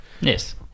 Yes